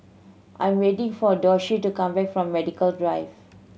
I am waiting for Doshie to come back from Medical Drive